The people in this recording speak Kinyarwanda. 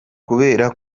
kubera